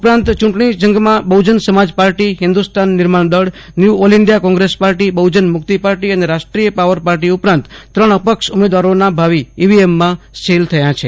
ઉપરાંત ચૂંટણી જંગમાં Bahujan Samaj party Hindustan Nirman Dal new all India Congress party Bahujan Mukti party અને રાષ્ટ્રીય પાવર પાર્ટી ઉપરાંત ત્રણ અપક્ષ ઉમેદવારોના ભાવિ ઈવીએમમાં સીલ થયા છે